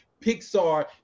Pixar